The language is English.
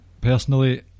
personally